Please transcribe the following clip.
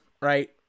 right